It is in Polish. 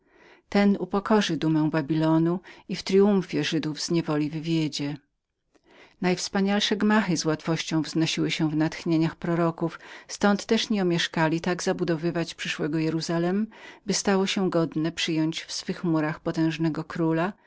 ten upokorzy dumę babilonu i w tryumfie żydów z niewoli wywiedzie najwspanialsze gmachy z łatwością przedstawiały się natchnieniu proroków ztąd też nie omieszkali zabudowywać przyszłe jeruzalem godne przyjęcia w swych murach tak potężnego króla